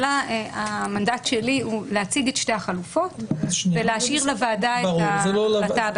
המנדט שלי הוא להציג את שתי החלופות ולהשאיר לוועדה את ההחלטה בעניין.